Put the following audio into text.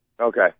Okay